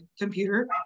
computer